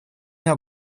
now